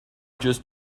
just